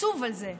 עצוב על זה.